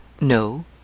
No